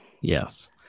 Yes